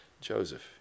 Joseph